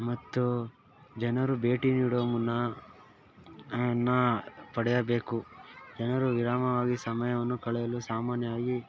ಮತ್ತು ಜನರು ಭೇಟಿ ನೀಡುವ ಮುನ್ನ ನಾ ಪಡೆಯಬೇಕು ಜನರು ವಿರಾಮವಾಗಿ ಸಮಯವನ್ನು ಕಳೆಯಲು ಸಾಮಾನ್ಯವಾಗಿ